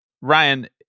Ryan